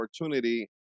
opportunity